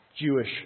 Jewish